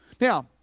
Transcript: Now